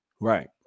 right